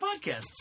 podcasts